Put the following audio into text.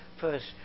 first